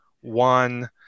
one